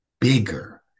bigger